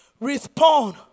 respond